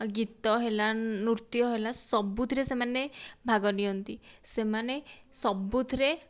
ଗୀତ ହେଲା ନୃତ୍ୟ ହେଲା ସବୁଥିରେ ସେମାନେ ଭାଗ ନିଅନ୍ତି ସେମାନେ ସବୁଥିରେ